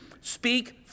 speak